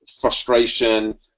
frustration